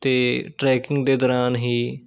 ਅਤੇ ਟ੍ਰੈਕਿੰਗ ਦੇ ਦੌਰਾਨ ਹੀ